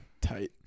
Tight